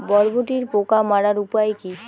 বরবটির পোকা মারার উপায় কি?